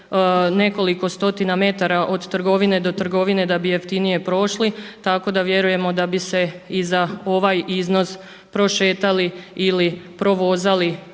nekoliko stotina metara od trgovine do trgovine da bi jeftinije prošli, tako da vjerujemo da bi se i za ovaj iznos prošetali ili provozali